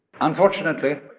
Unfortunately